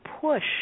push